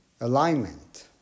Alignment